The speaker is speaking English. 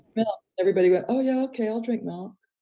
well, everybody went, oh, yeah. okay, i'll drink milk.